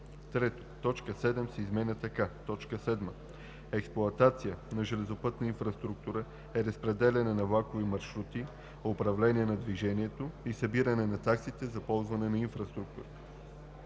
3. Точка 7 се изменя така: „7. „Експлоатация на железопътната инфраструктура“ е разпределяне на влакови маршрути, управление на движението и събиране на таксите за ползване на инфраструктурата